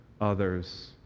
others